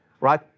right